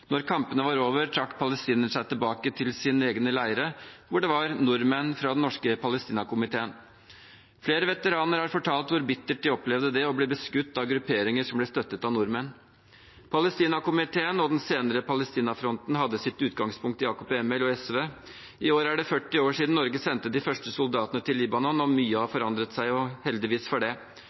kampene var over, trakk palestinerne seg tilbake til sine egne leire, hvor det var nordmenn fra den norske Palestinakomiteen. Flere veteraner har fortalt hvor bittert de opplevde det å bli beskutt av grupperinger som ble støttet av nordmenn. Palestinakomiteen og den senere Palestinafronten hadde sitt utgangspunkt i AKP og SV. I år er det 40 år siden Norge sendte de første soldatene til Libanon, og mye har forandret seg – heldigvis for det.